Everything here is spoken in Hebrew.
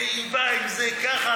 והיא באה עם זה ככה,